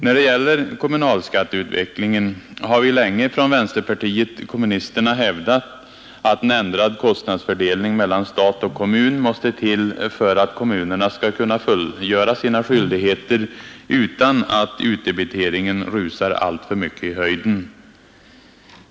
När det gäller kommunalskatteutvecklingen har vi länge från vänsterpartiet kommunisterna hävdat att en ändrad kostnadsfördelning mellan stat och kommun måste till för att kommunerna skall kunna fullgöra sina skyldigheter utan att utdebiteringen rusar alltför mycket i höjden.